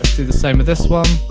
do the same with this one,